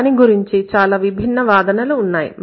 దాని గురించి చాలా విభిన్నవాదనలు ఉన్నాయి